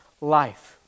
life